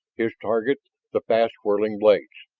his target the fast-whirling blades.